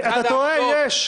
אתה טועה, יש.